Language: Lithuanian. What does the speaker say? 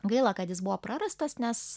gaila kad jis buvo prarastas nes